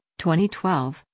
2012